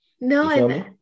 no